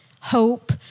hope